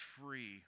free